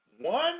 One